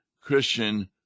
Christian